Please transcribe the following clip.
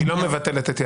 היא מבטלת.